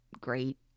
great